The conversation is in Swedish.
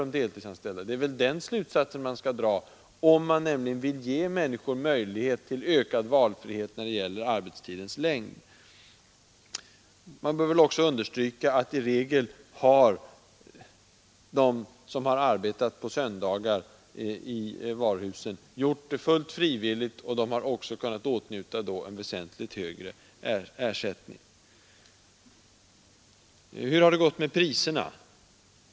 Att någonting behöver göras där är väl den slutsats man skall dra, om man nämligen vill ge människor möjlighet till ökad valfrihet när det gäller arbetstidens längd. Det bör väl också understrykas att i regel har de som arbetat på söndagar i varuhusen gjort det fullt frivilligt, och de har då också kunnat åtnjuta en väsentligt högre ersättning. Hur har det gått med priserna?